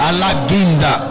Alaginda